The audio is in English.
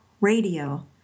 Radio